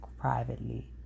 privately